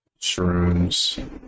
Shrooms